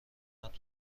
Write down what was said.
احمد